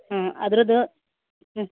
ಹಾಂ ಅದ್ರದ್ದು ಹ್ಞೂ